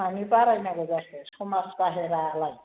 मानि बारायनांगौ जाखो समाज बाहेरालाय